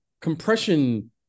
compression